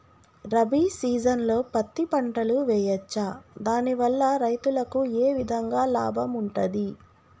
రబీ సీజన్లో పత్తి పంటలు వేయచ్చా దాని వల్ల రైతులకు ఏ విధంగా లాభం ఉంటది?